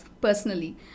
personally